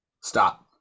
stop